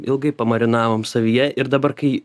ilgai marinavom savyje ir dabar kai